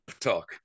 talk